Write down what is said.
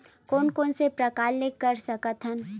कोन कोन से प्रकार ले कर सकत हन?